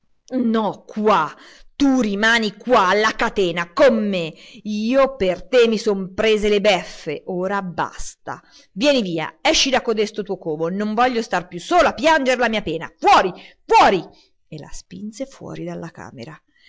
no qua tu rimani qua alla catena con me io per te mi son prese le beffe ora basta vieni via esci da codesto tuo covo non voglio star più solo a piangere la mia pena fuori fuori e la spinse fuori della camera